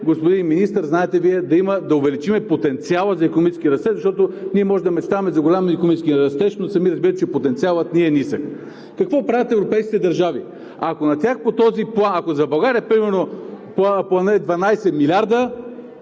господин Министър, знаете Вие, да има, да увеличим потенциала за икономически растеж, защото ние можем да мечтаем за голям икономически растеж, но сами разбирате, че потенциалът ни е нисък. Какво правят европейските държави? Ако за България примерно Планът е 12 милиарда,